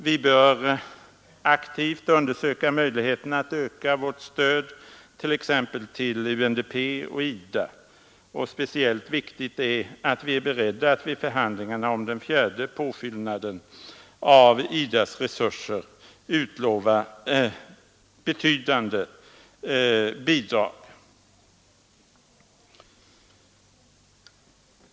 Vi bör aktivt undersöka möjligheterna att öka vårt stöd t.ex. till UNDP och IDA, och speciellt viktigt är det att vi är beredda att vid förhandlingarna om den fjärde påfyllnaden av IDA :s resurser utlova betydande bidrag.